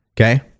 Okay